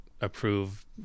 approve